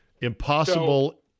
Impossible